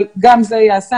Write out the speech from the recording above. אבל גם זה ייעשה.